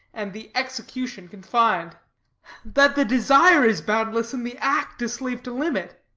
and the execution confin'd that the desire is boundless, and the act a slave to limit.